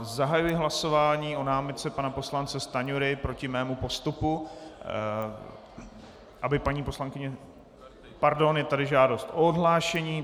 Zahajuji hlasování o námitce pana poslance Stanjury proti mému postupu, aby paní poslankyně Pardon, je tady žádost o odhlášení.